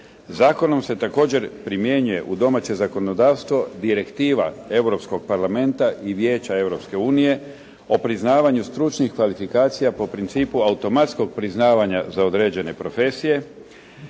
Zakonom se također primjenjuje u domaće zakonodavstvo direktiva Europskog parlamenta i Vijeća Europske unije o priznavanju stručnih kvalifikacija po principu automatskog priznavanja za određene profesije,